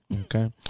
okay